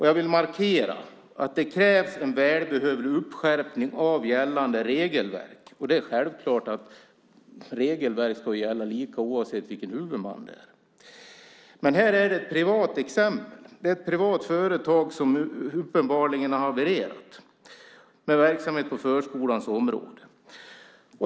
Jag vill markera att det krävs en välbehövlig skärpning av gällande regelverk, och det är självklart att regelverk bör gälla lika oavsett vilken huvudman det är. Men här har vi ett privat exempel. Det är ett privat företag som uppenbarligen har havererat med verksamhet på förskolans område.